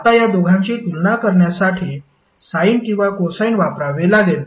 आता या दोघांची तुलना करण्यासाठी साइन किंवा कोसाइन वापरावे लागेल